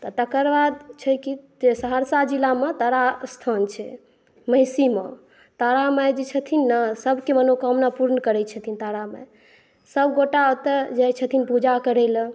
तऽ तकर बाद छै कि सहरसा जिलामे तारास्थान छै महिषीमे तारामाइ छथिन सभकेँ मनोकामना पुर्ण करै छथिन तारामाइ सभगोटा ओतऽ जाइ छथिन पुजा करै ला